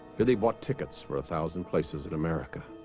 billy bought tickets for a thousand places in america